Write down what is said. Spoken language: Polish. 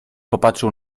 popatrzył